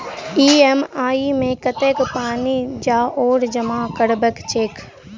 EMI मे कतेक पानि आओर जमा करबाक छैक?